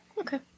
okay